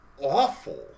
awful